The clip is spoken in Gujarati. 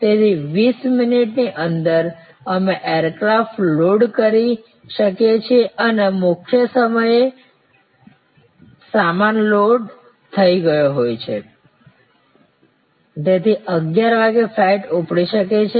તેથી 20 મિનિટની અંદર અમે એરક્રાફ્ટ લોડ કરી શકીએ છીએ અને મુખ્ય સમયે સામાન લોડ થઈ ગયો છે તેથી 11 વાગ્યે ફ્લાઇટ ઉપડી શકે છે